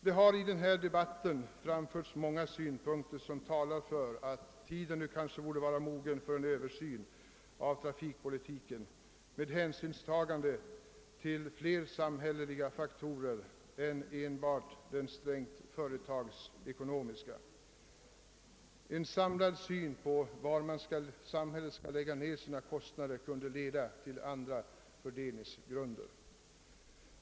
Det har i denna debatt framförts många synpunkter som talar för att tiden nu kanske är mogen för en översyn av trafikpolitiken med hänsynstagande till fler samhälleliga faktorer än enbart den strängt företagsekonomiska. En samlad syn på var samhället skall lägga ned sina kostnader kunde leda till andra fördelningsgrunder.